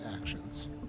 actions